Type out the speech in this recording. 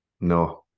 No